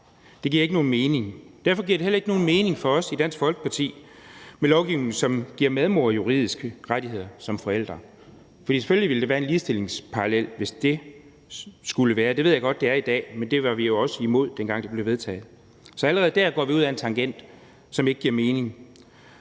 Det giver ikke nogen mening. Derfor giver det heller ikke nogen mening for os i Dansk Folkeparti med lovgivning, som giver medmor juridiske rettigheder som forælder. For selvfølgelig vil der være en ligestillingsparallel, hvis det skulle være sådan – det ved jeg godt at det er i dag, men det var vi jo også imod, dengang det blev vedtaget. Så allerede der går man ud ad en tangent, som ikke giver mening.